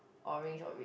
orange or red